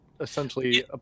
essentially